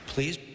Please